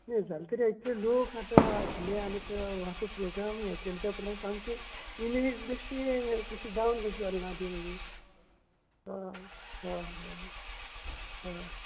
जालें तरी लोक आतां आशिल्ले आनीक मात्सो प्रोग्राम यें केल्या त्या वेल्यान सामकी इमेज बेश्टी यें डावन कशी जाली ना ती मागीर हय हय हां हय